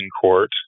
court